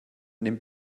nehmt